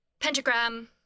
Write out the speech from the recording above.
pentagram